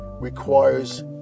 requires